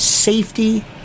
Safety